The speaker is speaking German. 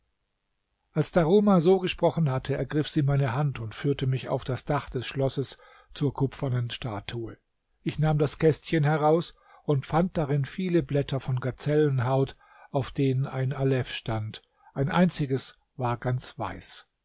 als daruma so gesprochen hatte ergriff sie meine hand und führte mich auf das dach des schlosses zur kupfernen statue ich nahm das kästchen heraus und fand darin viele blätter von gazellenhaut auf denen ein alef stand ein einziges war ganz weiß